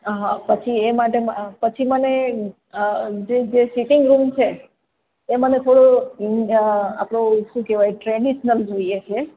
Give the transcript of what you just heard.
હં પછી એ માટે પછી મને જે જે સિટિંગ રૂમ છે એ મને થોડો આપણો શું કહેવાય ટ્રેડિસનલ જોઈએ છે